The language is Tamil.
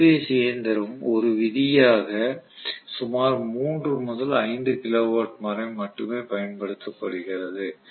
ஒரு பேஸ் இயந்திரம் ஒரு விதியாக சுமார் 3 முதல் 5 கிலோவாட் வரை மட்டுமே பயன்படுத்தப்படுகிறது